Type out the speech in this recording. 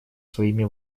своими